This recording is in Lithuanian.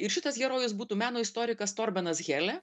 ir šitas herojus būtų meno istorikas torbanas helė